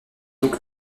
donc